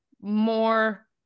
more